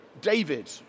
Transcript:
David